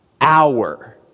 hour